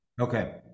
Okay